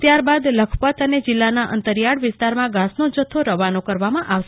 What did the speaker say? ત્યારબાદ લખપત અને જિલ્લાના અંતરિયાળ વિસ્તારમાં ઘાસનો જથ્થો રવાના કરવામાં આવશે